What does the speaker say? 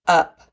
up